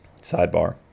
sidebar